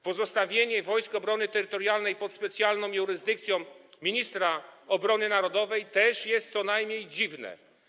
Pozostawienie Wojsk Obrony Terytorialnej pod specjalną jurysdykcją ministra obrony narodowej też jest co najmniej dziwne.